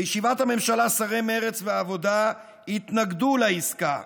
בישיבת הממשלה שרי מרצ והעבודה התנגדו לעסקה,